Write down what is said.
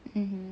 mmhmm